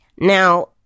now